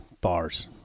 bars